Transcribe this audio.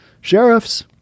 sheriffs